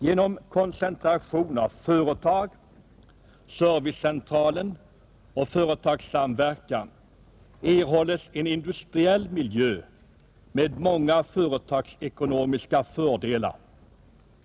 Genom koncentrationen av företag, servicecentralen och företagssamverkan erhålles en industriell miljö med många företagsekonomiska fördelar.